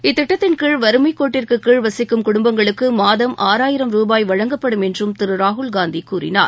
இத்திட்டத்தின் கீழ் வறுமைக்கேட்டிற்கு கீழ் வசிக்கும் குடும்பங்களுக்கு மாதம் ஆறாயிரம் ருபாய் வழங்கப்படும் என்றும் திரு ராகுல்காந்தி கூறினார்